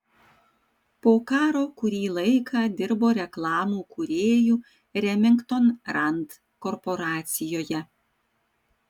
po karo kurį laiką dirbo reklamų kūrėju remington rand korporacijoje